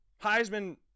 Heisman